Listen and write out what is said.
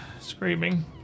screaming